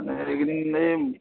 মানে এইকেইদিন এই